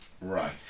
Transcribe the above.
Right